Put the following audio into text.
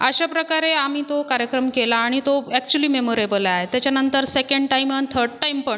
अशा प्रकारे आम्ही तो कार्यक्रम केला आणि तो अॅक्च्युली मेमरेबल आहे त्याच्यानंतर सेकेंड टाईम अन् थर्ड टाईमपण